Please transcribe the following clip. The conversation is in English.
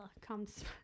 comes